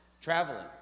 traveling